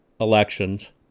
elections